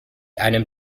einem